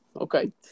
okay